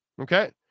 Okay